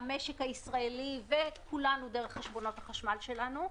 המשק הישראלי וכולנו דרך חשבונות החשמל שלנו,